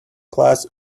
class